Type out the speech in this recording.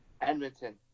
Edmonton